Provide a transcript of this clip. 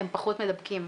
הם פחות מדבקים.